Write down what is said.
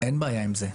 אין בעיה עם זה,